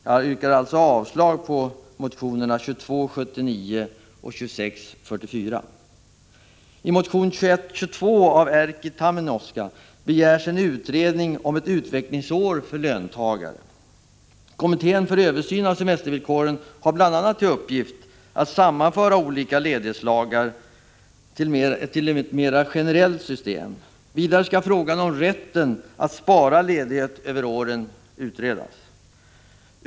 Jag yrkar avslag på motionerna 2279 och 2644. I motion 2122 av Erkki Tammenoksa begärs en utredning om ett utvecklingsår för löntagare. Kommittén för översyn av semestervillkoren har bl.a. till uppgift att sammanföra olika ledighetsregler till ett mera generellt system. Vidare skall frågan om rätten att spara ledighet över åren utredas.